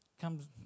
Comes